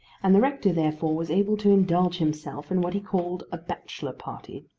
and the rector therefore was able to indulge himself in what he called a bachelor party.